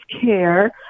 care